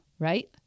right